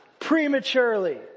prematurely